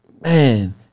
man